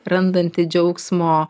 randanti džiaugsmo